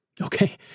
Okay